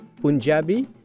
Punjabi